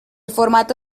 formato